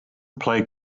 play